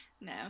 No